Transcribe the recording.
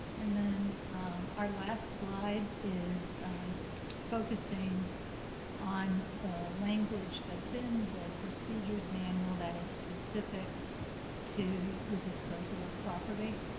and then our last slide is focusing on the language that's in the procedures manual that is specific to the disposal of property,